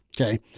okay